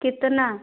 कितना